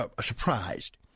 surprised